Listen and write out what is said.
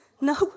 No